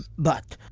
but.